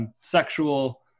sexual